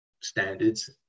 standards